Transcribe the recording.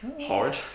Hard